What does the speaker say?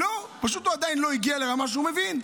לא, הוא פשוט עדיין לא הגיע לרמה שהוא מבין.